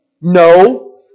No